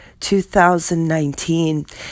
2019